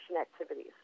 activities